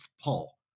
Paul